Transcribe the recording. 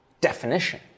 definition